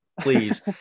please